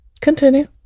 Continue